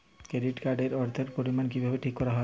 Credit card এর অর্থের পরিমান কিভাবে ঠিক করা হয়?